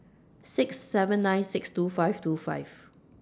six seven nine six two five two five